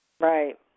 Right